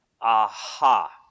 Aha